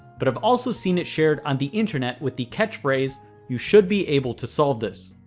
but i've also seen it shared on the internet with the catch phrase you should be able to solve this